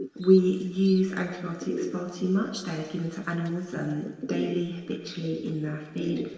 we use antibiotics far too much. they are given to animals um daily, habitually in their feed,